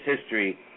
history